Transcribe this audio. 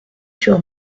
sur